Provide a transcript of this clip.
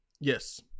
Yes